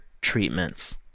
treatments